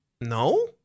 No